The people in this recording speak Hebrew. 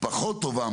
פחות טובה,